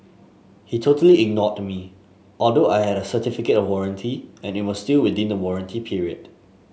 he totally ignored me although I had a certificate of warranty and it was still within the warranty period